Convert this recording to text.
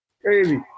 Crazy